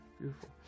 beautiful